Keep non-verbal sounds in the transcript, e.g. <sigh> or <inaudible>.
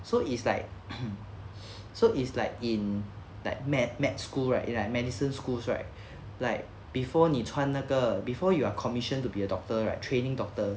so it's like <coughs> so it's like in like med med school right like medicine schools right like before 你穿那个 before you are commissioned to be a doctor right training doctor